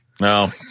no